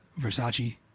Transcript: Versace